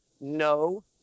No